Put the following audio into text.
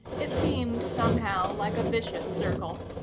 it seemed, somehow, like a vicious circle.